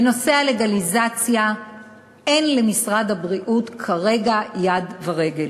בנושא הלגליזציה אין למשרד הבריאות כרגע יד ורגל,